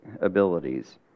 abilities